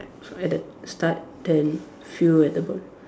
so at that start then few at the bottom